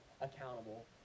accountable